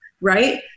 right